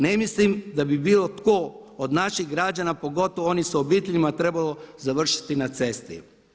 Ne mislim da bi bilo tko od naših građana pogotovo onih sa obiteljima trebalo završiti na cesti.